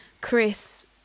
Chris